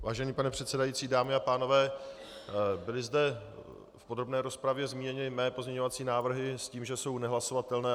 Vážený pane předsedající, dámy a pánové, byly zde v podrobné rozpravě zmíněny mé pozměňovací návrhy s tím, že jsou nehlasovatelné.